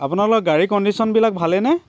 আপোনালোকৰ গাড়ী কণ্ডিশ্যনবিলাক ভালেই নে